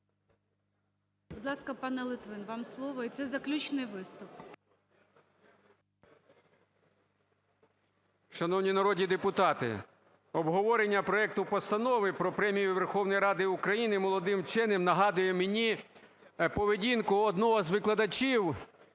Будь ласка, пане Литвин, вам слово. І це заключний виступ. 13:17:24 ЛИТВИН В.М. Шановні народні депутати, обговорення проекту Постанови про Премію Верховної Ради України молодим вченим нагадує мені поведінку одного з викладачів